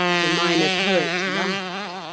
the minor poet laughed.